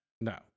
No